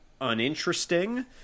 uninteresting